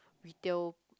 retail